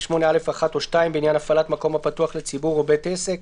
8(א)(1) או (2) בעניין הפעלת מקום הפתוח לציבור או בית עסק,